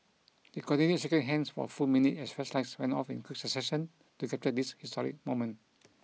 they continued shaking hands for a full minute as flashlights went off in quick succession to capture this historic moment